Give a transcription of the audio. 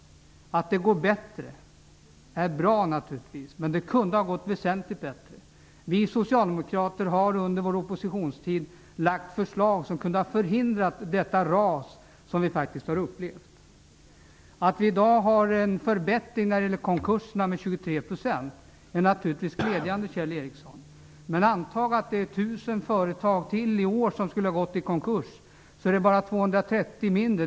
Det är naturligtvis bra att det går bättre. Men det kunde ha gått väsentligt bättre. Vi socialdemokrater har under vår oppositionstid lagt fram förslag som kunde ha förhindrat det ras vi har upplevt. Det är naturligtvis glädjande, Kjell Ericsson, att antalet konkurser har minskat med 23 %. Men antag att 1 000 företag till skulle kunna gå i konkurs i år. Det innebär att det skulle vara fråga om 230 färre konkurser.